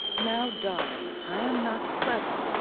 now, dolly, i am not clever,